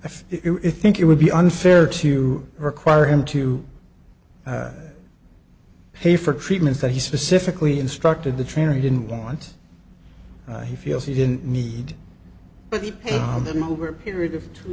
if it think it would be unfair to require him to pay for treatments that he specifically instructed the trainer he didn't want he feels he didn't need them over a period of two